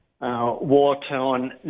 war-torn